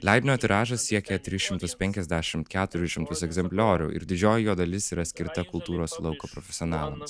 leidinio tiražas siekia tris šimtus penkiasdešim keturius šimtus egzempliorių ir didžioji jo dalis yra skirta kultūros lauko profesionalams